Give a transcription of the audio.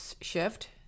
shift